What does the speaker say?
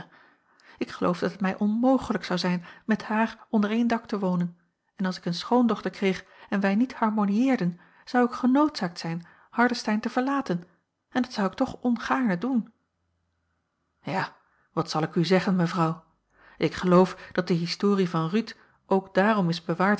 ik geloof dat het mij onmogelijk zou zijn met haar onder een dak te wonen en als ik een schoondochter kreeg en wij niet harmoniëerden zou ik genoodzaakt zijn hardestein te verlaten en dat zou ik toch ongaarne doen ja wat zal ik u zeggen mevrouw ik geloof dat de historie van ruth ook daarom is bewaard